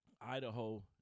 Idaho